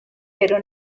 pero